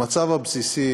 המצב הבסיסי